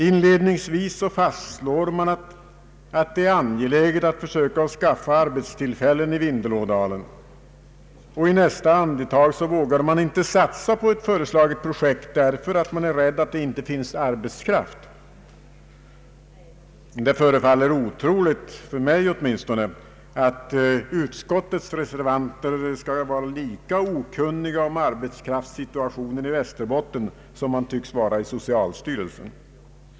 Inledningsvis fastslår man att det är angeläget att skapa arbetstillfällen i Vindelådalen, och i nästa andetag vågar man inte satsa på ett föreslaget projekt, därför att man är rädd för att det inte finns arbetskraft. Det förefaller åtminstone mig otroligt att utskottets reservanter skall vara lika okunniga om arbetskraftssituationen i Västerbotten som man tycks vara i socialstyrelsen.